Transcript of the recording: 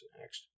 next